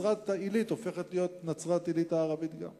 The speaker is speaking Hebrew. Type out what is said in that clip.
נצרת-עילית הופכת להיות נצרת-עילית הערבית גם כן.